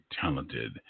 talented